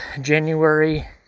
January